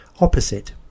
opposite